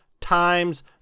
Times